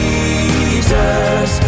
Jesus